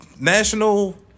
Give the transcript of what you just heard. national